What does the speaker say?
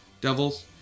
devils